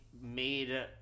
made